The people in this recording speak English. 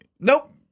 Nope